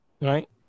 Right